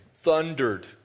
thundered